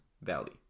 Valley